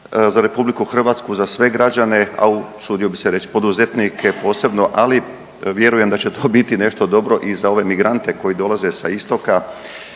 za Republiku Hrvatsku, za sve građane, a usudio bih se reći poduzetnike posebno ali vjerujem da će to biti nešto dobro i za ove migrante koji dolaze sa istoka